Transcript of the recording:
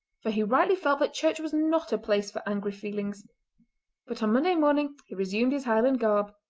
for he rightly felt that church was not a place for angry feelings but on monday morning he resumed his highland garb.